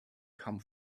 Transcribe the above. come